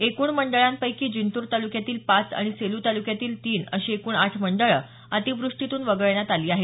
एकूण मंडळांपैकी जिंतूर तालुक्यातील पाच आणि सेलू तालुक्यातील तीन अशी एकूण आठ मंडळं अतिवृष्टी वगळण्यात आली आहेत